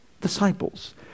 disciples